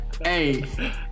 Hey